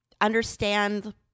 understand